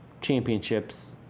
championships